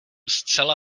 zcela